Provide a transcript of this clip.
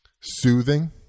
soothing